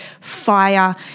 fire